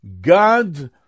God